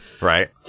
Right